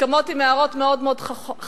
הסכמות עם הערות מאוד חכמות,